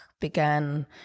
began